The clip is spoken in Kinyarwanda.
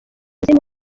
zirimo